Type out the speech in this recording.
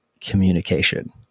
communication